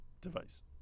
device